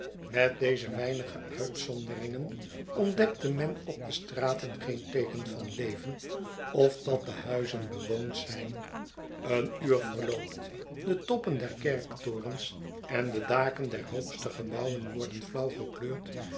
met deze weinige uitzonderingen ontdekt men op de straten geen teeken van leven of dat de huizen bewoond zijn een uur verloopt de toppen der kerktorens en de daken der hoogste gebouwen worden flauw gekleurd